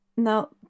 Now